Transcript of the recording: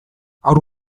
haur